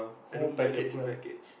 i don't buy the full package